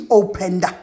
opened